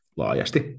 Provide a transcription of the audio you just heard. laajasti